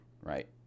right